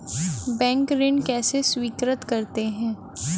Bank ऋण कैसे स्वीकृत करते हैं?